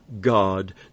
God